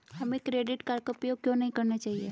हमें credit card का उपयोग क्यों नहीं करना चाहिए?